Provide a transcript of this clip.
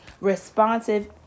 responsive